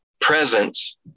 presence